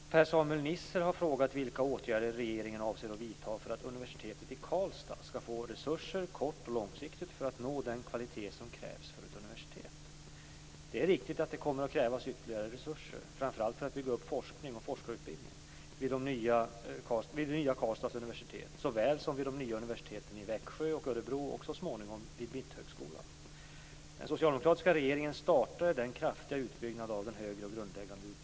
Fru talman! Per-Samuel Nisser har frågat vilka åtgärder regeringen avser att vidta för att universitetet i Karlstad skall få resurser, kort och långsiktigt, för att nå den kvalitet som krävs för ett universitet. Det är riktigt att det kommer att krävas ytterligare resurser, framför allt för att bygga upp forskning och forskarutbildning vid det nya Karlstads universitet såväl som vid de nya universiteten i Växjö och Örebro och så småningom vid Mitthögskolan. Den socialdemokratiska regeringen startade den kraftiga utbyggnaden av den högre grundläggande utbildningen.